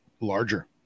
larger